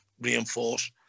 reinforce